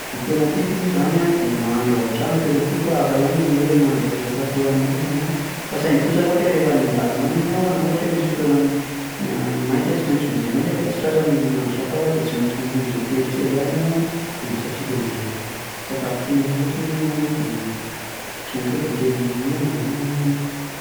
Ny tena tiako loha zany a de mahandro ao an-trano no tena tiako a, hafa ihany ianao le mahandro an'le sakafo hohaninao isan'andro fa saingy kosa ohatra hoe rehefa any an-dàlana any ianao a na ohatra hoe misy fotoana maika tsy maintsy vonjenao nefa tsy tratra ny mahandro sakafo de tsy maintsy mamonjy hôtely kely ihany ianao de misafidy an'zay sakafo tianao fotsiny ianao zany a de tsy maintsy hoe voatery mihinana zany ianao amin'iny.